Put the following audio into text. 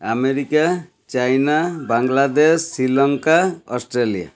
America China Bangladesh Sri Lanka Australia